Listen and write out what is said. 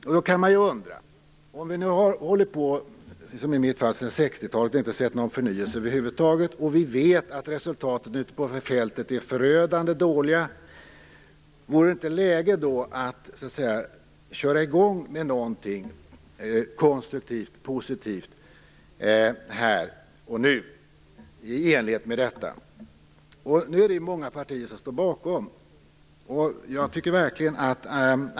Om vi, som i mitt fall, har hållit på sedan 1960 talet och inte har sett någon förnyelse över huvud taget och vi vet att resultaten ute på fältet är förödande kan man ju undra om det inte vore läge att köra i gång med någonting konstruktivt och positivt här och nu i enlighet med detta. Det är många partier som står bakom det här.